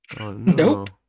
Nope